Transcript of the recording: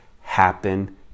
happen